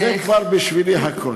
זה כבר בשבילי הכול.